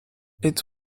its